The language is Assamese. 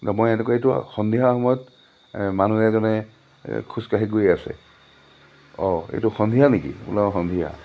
মই এনেকুৱা এইটো সন্ধিয়া সময়ত মানুহে এজনে খোজকাঢ়ি গৈ আছে অঁ এইটো সন্ধিয়া নেকি বোলো অঁ সন্ধিয়া